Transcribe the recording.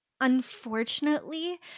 Unfortunately